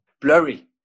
blurry